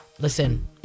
Listen